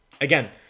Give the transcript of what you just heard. again